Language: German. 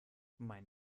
mein